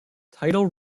tidal